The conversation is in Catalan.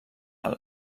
alt